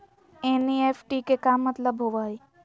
NEFT के का मतलव होव हई?